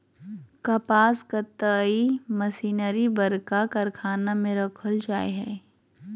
कपास कताई मशीनरी बरका कारखाना में रखल जैय हइ